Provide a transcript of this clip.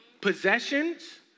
Possessions